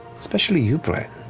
especially you, bren.